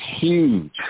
huge